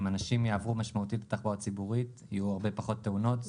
אם אנשים יעברו משמעותית לתחבורה ציבורית יהיו הרבה פחות תאונות,